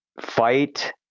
fight